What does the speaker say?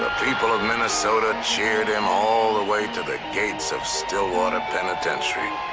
people of minnesota cheered him all the way to the gates of stillwater penitentiary,